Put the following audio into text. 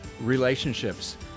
relationships